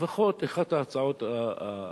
לפחות על אחת ההצעות האלה